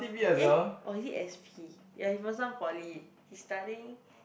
eh or is it s_p ya he from some poly he studying